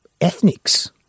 ethnics